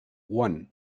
one